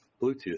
Bluetooth